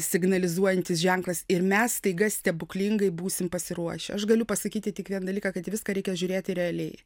signalizuojantis ženklas ir mes staiga stebuklingai būsim pasiruošę aš galiu pasakyti tik vieną dalyką kad į viską reikia žiūrėti realiai